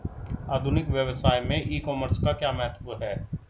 आधुनिक व्यवसाय में ई कॉमर्स का क्या महत्व है?